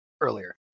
earlier